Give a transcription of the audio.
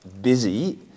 busy